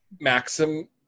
Maxim